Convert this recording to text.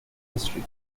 history